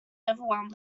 overwhelmed